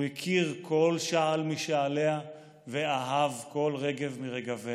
הוא הכיר כל שעל משעליה ואהב כל רגב ומרגביה.